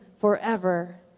forever